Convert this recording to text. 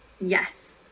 Yes